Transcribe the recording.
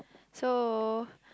so